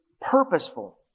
purposeful